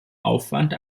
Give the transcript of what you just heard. aufwand